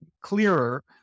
clearer